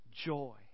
joy